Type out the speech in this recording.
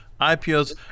IPOs